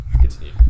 Continue